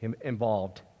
involved